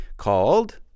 called